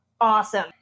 awesome